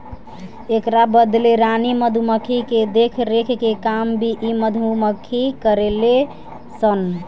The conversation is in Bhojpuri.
एकरा बदले रानी मधुमक्खी के देखरेख के काम भी इ मधुमक्खी करेले सन